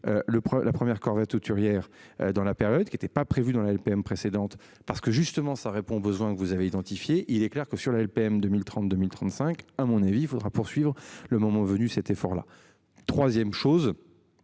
la première Corvette hauturière dans la période qui n'étaient pas prévus dans la LPM précédente parce que justement ça répond aux besoins que vous avez identifié, il est clair que sur la LPM 2032 1035. À mon avis il faudra poursuivre le moment venu cet effort, la 3ème chose.